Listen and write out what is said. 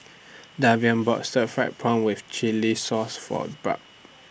bought Stir Fried Prawn with Chili Sauce For Barb